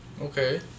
Okay